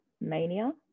mania